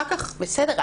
בסדר.